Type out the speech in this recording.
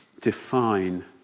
define